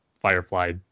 Firefly